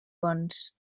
bons